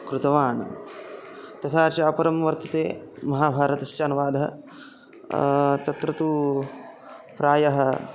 कृतवान् तथा च अपरं वर्तते महाभारतस्य अनुवादः तत्र तु प्रायः